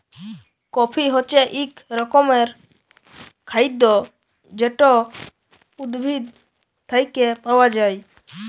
coffee হছে ইক রকমের খাইদ্য যেট উদ্ভিদ থ্যাইকে পাউয়া যায়